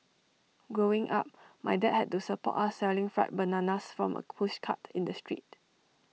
growing up my dad had to support us selling fried bananas from A pushcart in the street